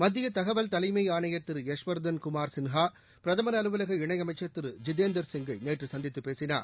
மத்தியதகவல் தலைமைஆணையா் திரு யஷ்வா்தன் குமா் சின்ஹாபிரதமர் அலுவலக இணையமைச்சர் திரு ஜிதேந்தர் சிங் கை நேற்றுசந்தித்துபேசினார்